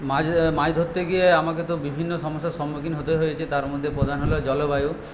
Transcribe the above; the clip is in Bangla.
মাছ মাছ ধরতে গিয়ে আমাকে তো বিভিন্ন সমস্যার সম্মুখীন হতে হয়েছে তার মধ্যে প্রধান হলো জলবায়ু